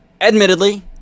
admittedly